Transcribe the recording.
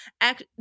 act